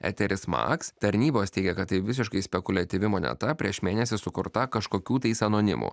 eteris max tarnybos teigia kad tai visiškai spekuliatyvi moneta prieš mėnesį sukurta kažkokių tais anonimų